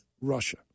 Russia